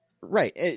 right